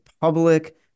public